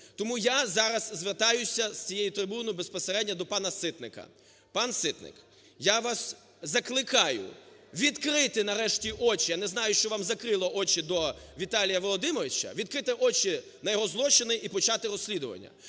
Тому я зараз звертаюся з цієї трибуни безпосередньо до пана Ситника. Пан Ситник, я вас закликаю відкрити нарешті очі, я не знаю, що вам закрило очі до Віталія Володимировича, відкрити очі на його злочини і почати розслідування.